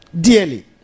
dearly